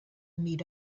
meet